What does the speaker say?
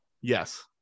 yes